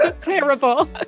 terrible